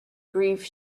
grief